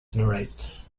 narrates